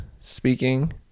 speaking